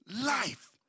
life